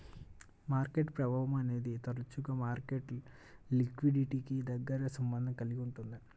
market ప్రభావం అనేది తరచుగా మార్కెట్ లిక్విడిటీకి దగ్గరి సంబంధం కలిగి ఉంటుంది